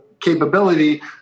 capability